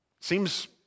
Seems